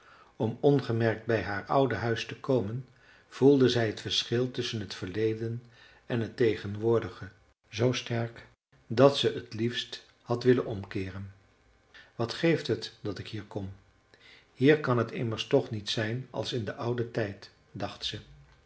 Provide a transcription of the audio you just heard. om ongemerkt bij haar oude huis te komen voelde zij t verschil tusschen t verleden en het tegenwoordige z sterk dat ze t liefst had willen omkeeren wat geeft het dat ik hier kom hier kan t immers toch niet zijn als in den ouden tijd dacht ze